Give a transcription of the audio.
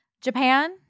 Japan